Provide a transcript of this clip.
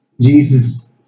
Jesus